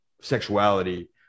sexuality